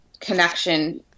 connection